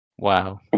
Wow